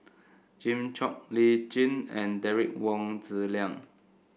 Jimmy Chok Lee Tjin and Derek Wong Zi Liang